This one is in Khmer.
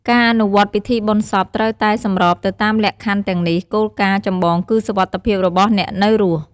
ការអនុវត្តពិធីបុណ្យសពត្រូវតែសម្របទៅតាមលក្ខខណ្ឌទាំងនេះ គោលការណ៍ចម្បងគឺសុវត្ថិភាពរបស់អ្នកនៅរស់។